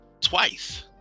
twice